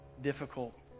difficult